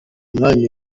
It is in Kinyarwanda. munani